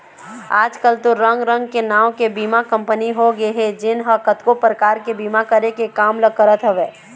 आजकल तो रंग रंग के नांव के बीमा कंपनी होगे हे जेन ह कतको परकार के बीमा करे के काम ल करत हवय